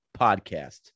podcast